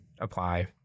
apply